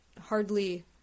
hardly